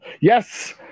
Yes